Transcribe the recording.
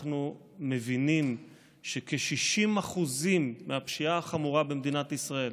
אנחנו מבינים שכ-60% מהפשיעה החמורה במדינת ישראל,